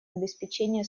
обеспечения